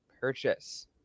purchase